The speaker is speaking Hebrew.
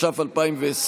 התש"ף 2020,